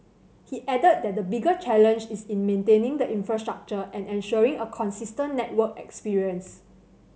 he added that the bigger challenge is in maintaining the infrastructure and ensuring a consistent network experience